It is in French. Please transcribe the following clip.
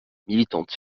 militante